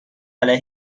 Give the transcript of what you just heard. علیه